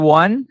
one